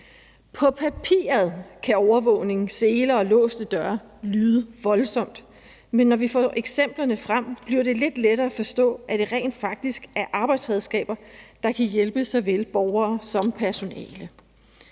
På papiret kan overvågning, seler og låste døre lyde voldsomt, men når vi får eksemplerne frem, bliver det lidt lettere at forstå, at det rent faktisk er arbejdsredskaber, der kan hjælpe såvel borgere som personale.